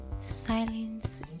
Silence